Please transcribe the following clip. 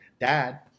dad